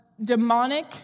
demonic